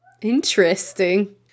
Interesting